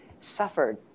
suffered